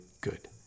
good